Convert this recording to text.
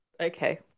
Okay